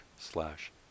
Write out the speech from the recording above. slash